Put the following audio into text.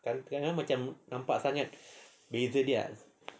kan kadang macam nampak sangat beza dia